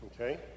Okay